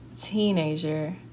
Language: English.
teenager